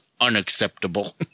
unacceptable